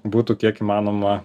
būtų kiek įmanoma